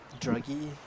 druggy